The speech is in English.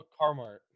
Carmart